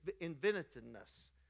inventiveness